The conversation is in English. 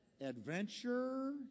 adventure